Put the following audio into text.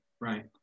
right